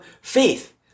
faith